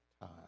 time